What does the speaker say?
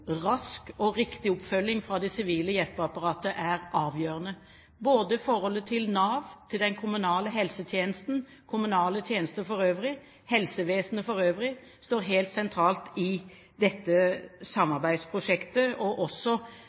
rask og riktig oppfølging fra det sivile hjelpeapparatet er avgjørende. Både forholdet til Nav, til den kommunale helsetjenesten, kommunale tjenester for øvrig, helsevesenet for øvrig står helt sentralt i dette samarbeidsprosjektet. Bistand inn mot Statens pensjonskasse vil også